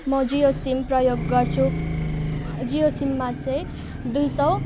म जियो सिम प्रयोग गर्छु जियो सिममा चाहिँ दुई सौ